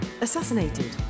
assassinated